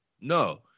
no